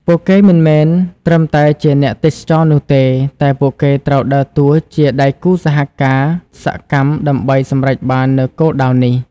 ពួកគេមិនមែនត្រឹមតែជាអ្នកទេសចរនោះទេ តែពួកគេត្រូវដើរតួជាដៃគូសហការសកម្មដើម្បីសម្រេចបាននូវគោលដៅនេះ។